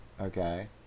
okay